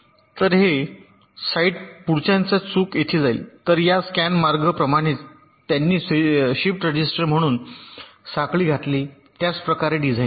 तर हे साऊट पुढच्याचा चूक येथे जाईल तर या स्कॅन मार्ग प्रमाणेच त्यांनी शिफ्ट रजिस्टर म्हणून साखळी घातली त्याच प्रकारे डिझाइन करा